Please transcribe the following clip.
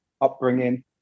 upbringing